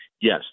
Yes